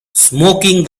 smoking